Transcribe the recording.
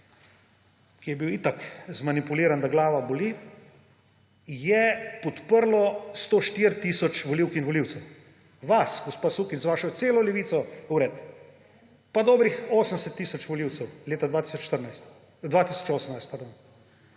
ki je bil itak zmanipuliran, da glava boli, je podprlo 104 tisoč volivk in volivcev. Vas, gospa Sukič, z vašo celo Levico vred, pa dobrih 80 tisoč volivcev, leta 2014, 2018,